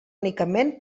únicament